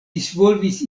disvolvis